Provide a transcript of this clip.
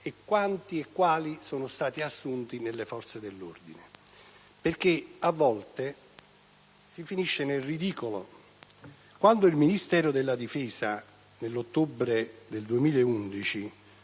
quanti e quali sono stati assunti nelle Forze dell'ordine, perché a volte si finisce nel ridicolo. Il Ministero della difesa nell'ottobre del 2011